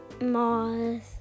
Mars